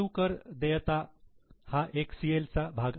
चालू कर देयता हा एक CL चा भाग आहे